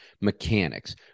mechanics